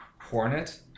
Hornet